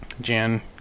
Jan